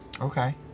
Okay